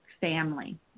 family